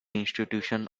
institution